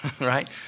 Right